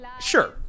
sure